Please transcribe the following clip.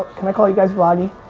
can i call you guys vloggie?